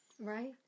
Right